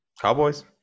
Cowboys